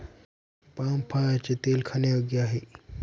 palm फळाचे तेल खाण्यायोग्य आहे